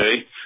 okay